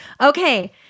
okay